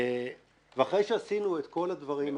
אחרי שעשינו את כל הדברים האלה,